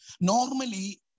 Normally